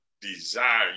desire